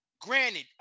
Granted